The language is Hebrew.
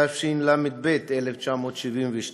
התשל"ב 1972,